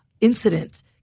incidents